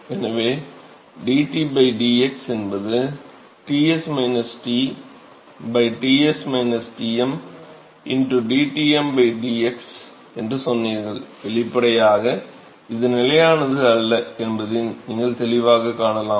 எனவேdT dx என்பது Ts T Ts Tm dTm dx என்று சொன்னீர்கள் வெளிப்படையாக இது நிலையானது அல்ல என்பதை நீங்கள் தெளிவாகக் காணலாம்